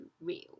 real